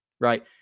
right